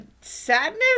sadness